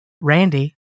Randy